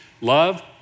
love